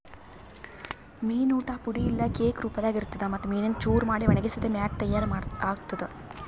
ಮೀನು ಊಟ್ ಪುಡಿ ಇಲ್ಲಾ ಕೇಕ್ ರೂಪದಾಗ್ ಇರ್ತುದ್ ಮತ್ತ್ ಮೀನಿಂದು ಚೂರ ಮಾಡಿ ಒಣಗಿಸಿದ್ ಮ್ಯಾಗ ತೈಯಾರ್ ಆತ್ತುದ್